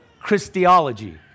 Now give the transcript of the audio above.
Christology